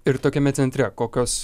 ir tokiame centre kokios